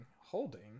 holding